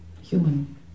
human